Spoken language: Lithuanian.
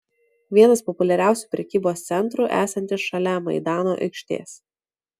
vienas populiariausių prekybos centrų esantis šalia maidano aikštės